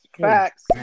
Facts